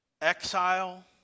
exile